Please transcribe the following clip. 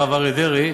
הרב אריה דרעי,